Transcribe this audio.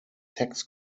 tax